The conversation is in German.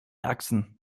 achsen